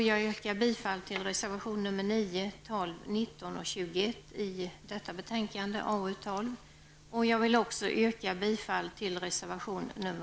Jag yrkar bifall till reservationerna nr 9, 12, 19 och 21 till betänkande